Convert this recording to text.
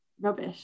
rubbish